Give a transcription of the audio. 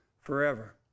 forever